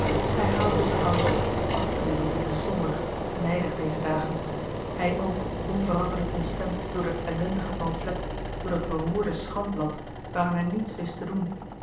hij haalde de schouders op afkeurende en somber nijdig deze dagen hij ook onveranderlijk ontstemd door dat ellendige pamflet door dat beroerde schandblad waaraan hij niets wist te doen